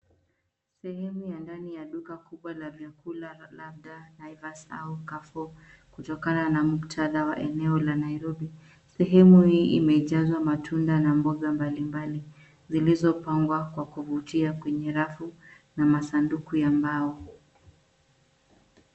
Sehemu ya ndani ya duka kubwa la vyakula labda Naivas au carrefour kutokana na muktadha wa eneo la Nairobi. Sehemu hii imejazwa matunda na mboga mbalimbali zilizopangwa kwa kuvutia kwenye rafu na masanduku ya mbao.